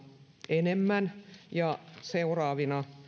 enemmän ja seuraavina